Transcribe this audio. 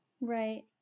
Right